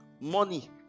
money